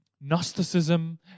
Gnosticism